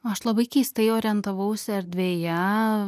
aš labai keistai orientavausi erdvėje